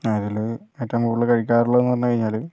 അതില് ഏറ്റവും കൂടുതൽ കഴിക്കാറുള്ളതെന്ന് പറഞ്ഞ് കഴിഞ്ഞാല്